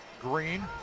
green